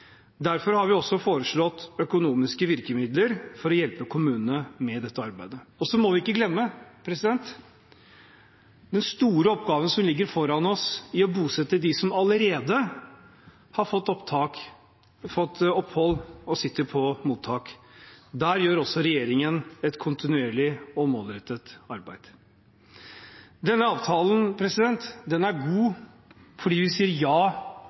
Derfor har vi også foreslått økonomiske virkemidler for å hjelpe kommunene med dette arbeidet. Og så må vi ikke glemme den store oppgaven som ligger foran oss med å bosette dem som allerede har fått opphold og sitter på mottak. Der gjør også regjeringen et kontinuerlig og målrettet arbeid. Denne avtalen er god fordi vi sier ja